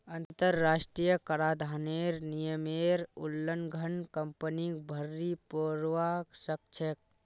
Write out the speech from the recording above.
अंतरराष्ट्रीय कराधानेर नियमेर उल्लंघन कंपनीक भररी पोरवा सकछेक